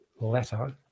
letter